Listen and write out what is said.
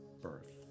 birth